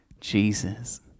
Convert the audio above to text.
Jesus